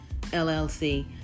LLC